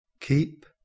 keep